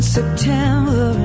September